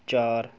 ਚਾਰ